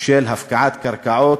של הפקעת קרקעות,